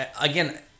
again